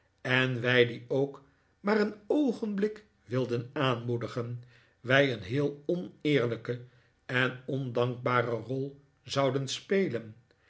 en wij die ook maar een oogenblik wilden aanmoedigen wij een heel oneerlijke en ondankbare rol zouden spelen